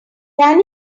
can